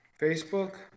Facebook